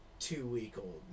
two-week-old